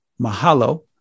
Mahalo